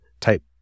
type